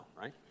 right